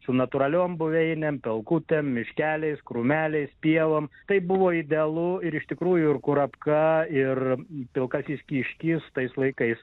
su natūraliom buveinėm pelkutėm miškeliais krūmeliais pievom tai buvo idealu ir iš tikrųjų ir kurapka ir pilkasis kiškis tais laikais